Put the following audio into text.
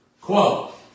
Quote